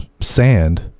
sand